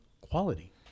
quality